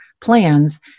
plans